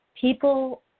People